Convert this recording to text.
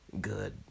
good